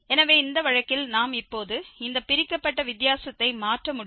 எனவே இந்த வழக்கில் நாம் இப்போது இந்த பிரிக்கப்பட்ட வித்தியாசத்தை மாற்ற முடியும்